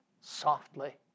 softly